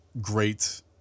great